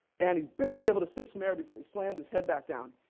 and he's barely able to sip some air before he slams his head back down.